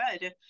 good